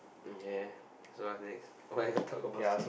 okay so what's next what you want talk about